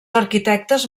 arquitectes